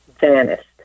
vanished